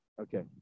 Okay